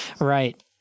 Right